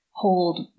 hold